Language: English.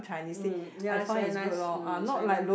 mm ya is very nice mm is very nice